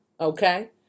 Okay